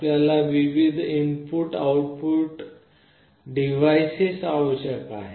आपल्याला विविध input output device आवश्यक आहेत